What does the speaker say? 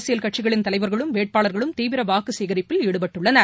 அரசியல் கட்சிகளின் தலைவர்களும் வேட்பாளர்களும் தீவிரவாக்குசேகரிப்பில் ஈடுபட்டுள்ளனர்